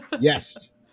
Yes